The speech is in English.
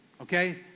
okay